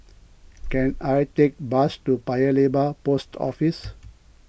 can I take a bus to Paya Lebar Post Office